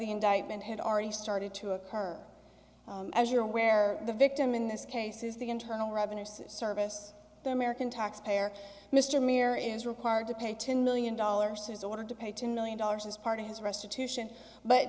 indictment had already started to occur as you're aware the victim in this case is the internal revenue service the american taxpayer mr mir is required to pay ten million dollars his order to pay two million dollars as part of his restitution but